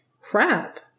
crap